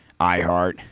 iheart